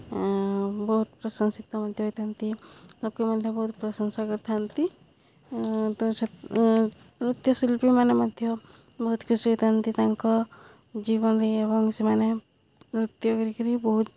ବହୁତ ପ୍ରଶଂସିତ ମଧ୍ୟ ହୋଇଥାନ୍ତି ଲୋକେ ମଧ୍ୟ ବହୁତ ପ୍ରଶଂସା କରିଥାନ୍ତି ତ ନୃତ୍ୟଶିଳ୍ପୀମାନେ ମଧ୍ୟ ବହୁତ ଖୁସି ହୋଇଥାନ୍ତି ତାଙ୍କ ଜୀବନରେ ଏବଂ ସେମାନେ ନୃତ୍ୟ କରିକରି ବହୁତ